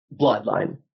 bloodline